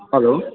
hello